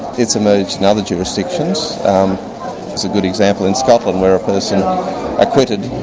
it's emerged in other jurisdictions there's a good example in scotland where a person acquitted,